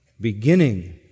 beginning